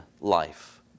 life